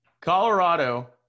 Colorado